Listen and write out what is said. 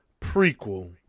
prequel